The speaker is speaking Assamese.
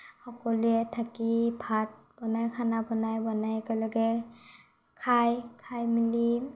সকলোৱে থাকি ভাত বনায় খানা বনায় বনাই একেলগে খায় খাই মেলি